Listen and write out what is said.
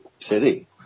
city